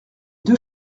deux